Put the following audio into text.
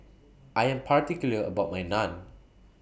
I Am particular about My Naan